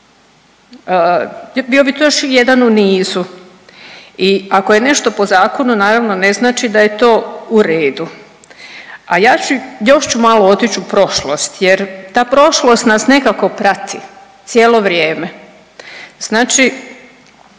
bio bi to još jedan u nizu. I ako je nešto po zakonu naravno ne znači da je to u redu. A ja ću, još ću malo otići u prošlost jer ta prošlost nas nekako prati cijelo vrijeme. Znači